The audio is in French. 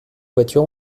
voiture